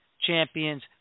Champions